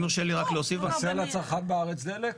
חסר לצרכן בארץ דלק?